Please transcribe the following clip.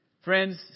Friends